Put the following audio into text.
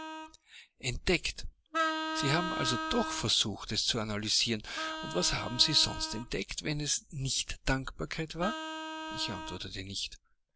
entdeckt sie haben also doch versucht es zu analysieren und was haben sie sonst entdeckt wenn es nicht dankbarkeit war ich antwortete nicht